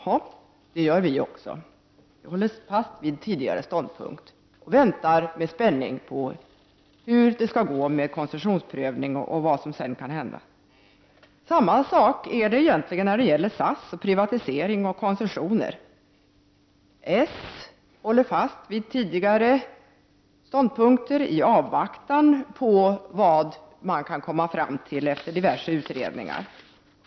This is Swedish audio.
Ja, det gör vi också, och vi väntar med spänning på hur det skall gå med koncessionsprövningen och vad som sedan kan hända. Samma sak gäller i fråga om SAS och privatisering och koncessioner. Socialdemokraterna håller fast vid tidigare ståndpunkter i avvaktan på vad som kan komma fram efter diverse utredningar.